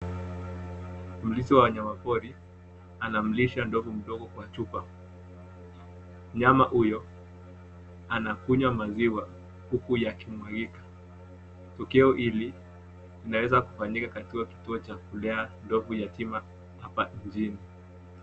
Mlishi wa wanyama pori, anamlisha ndovu mdogo kwa chupa. Mnyama huyo, anakunywa maziwa huku yakimwagika. Tukio hili linaweza kufanyika katika kituo cha kulea ndovu yatima hapa nchini.